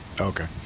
Okay